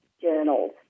journals